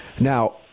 Now